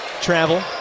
Travel